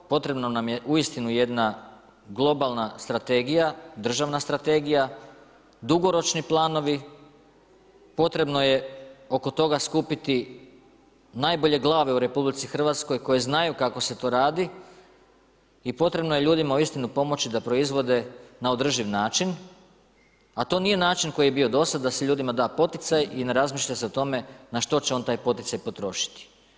Potrebna nam je uistinu jedna globalna strategija, državna strategija, dugoročni planovi, potrebno je oko toga skupiti najbolje glave u RH koje znaju kako se to radi i potrebno je ljudima uistinu pomoći da proizvode na održiv način, a to nije način koji je bio do sad da se ljudima da poticaj i ne razmišlja se o tome na što će on taj poticaj potrošiti.